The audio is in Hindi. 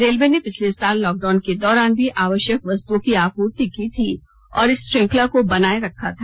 रेलवे ने पिछले साल लॉकडाउन के दौरान भी आवश्यक वस्तुओं की आपूर्ति की थी और इस श्रृंखला को बनाए रखा था